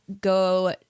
go